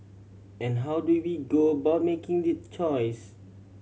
and how do we go about making that choice